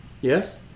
Yes